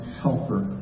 helper